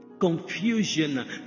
Confusion